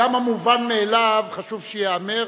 גם המובן מאליו חשוב שייאמר,